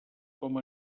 com